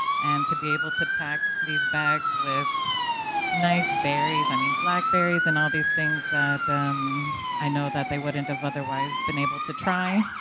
and to be able to pack these bags with nice berries, i mean, blackberries and all these things that i know that they wouldn't have otherwise been able to try,